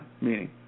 meaning